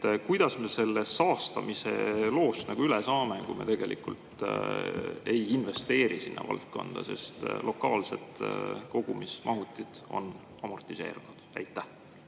Kuidas me sellest saastamiseloost üle saame, kui me ei investeeri sinna valdkonda? Lokaalsed kogumismahutid on amortiseerunud. Aitäh!